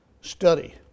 Study